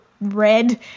Red